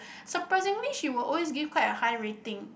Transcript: surprisingly she will always give quite a high rating